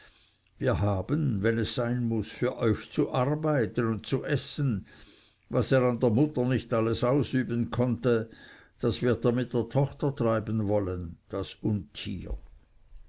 wir haben wenn es sein muß für euch zu arbeiten und zu essen was er an der mutter nicht alles ausüben konnte das wird er mit der tochter treiben wollen das untier